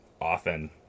often